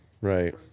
Right